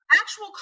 actual